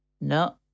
No